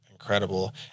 Incredible